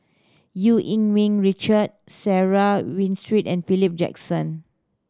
Eu Yee Ming Richard Sarah Winstedt and Philip Jackson